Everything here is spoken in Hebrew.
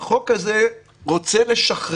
לפחות את החלק הזה אנחנו יכולים כבר לשים